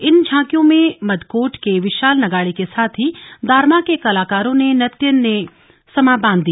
इन झांकियों में मदकोट के विशाल नगाडे के साथ ही दारमा के कलाकारों के नृत्य ने समां बांध दिया